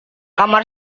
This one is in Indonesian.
kamar